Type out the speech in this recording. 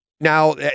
now